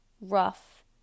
rough